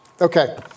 Okay